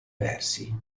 persi